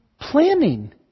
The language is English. planning